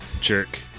jerk